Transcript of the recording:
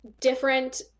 different